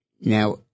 Now